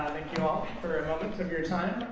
thank you all for a moment of your time.